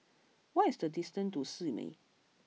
what is the distance to Simei